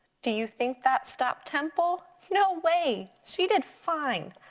do you think that stopped temple? no way, she did fine.